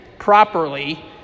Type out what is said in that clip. Properly